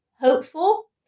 hopeful